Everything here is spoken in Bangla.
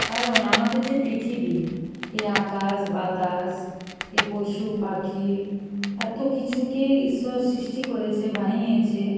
কারণ আমাদের যে পৃথিবী এ আকাশ বাতাস এ পশু পাখি এত কিছুকে ঈশ্বর সৃষ্টি করেছে বানিয়েছে